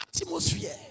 atmosphere